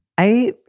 i.